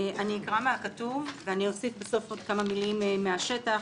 אני אקרא מהכתוב ואני אוסיף בסוף עוד כמה מילים מהשטח,